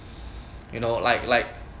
you know like like